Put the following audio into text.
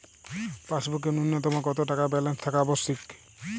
পাসবুকে ন্যুনতম কত টাকা ব্যালেন্স থাকা আবশ্যিক?